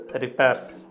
repairs